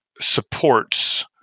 Supports